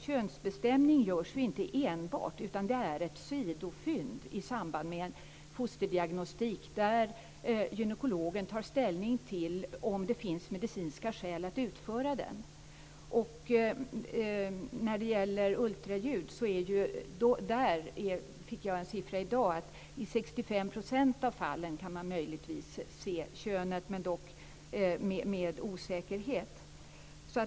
Könsbestämning görs ju inte isolerat, utan den förekommer som ett sidofynd i samband med fosterdiagnostik, där gynekologen tar ställning till om det finns medicinska skäl för en åtgärd. När det gäller ultraljud fick jag i dag uppgiften att man i 65 % av fallen möjligtvis kan se könet, dock med osäkerhet.